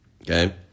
okay